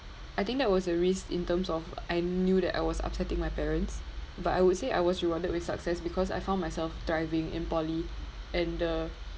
I think that was a risk in terms of I knew that I was upsetting my parents but I would say I was rewarded with success because I found myself thriving in poly and the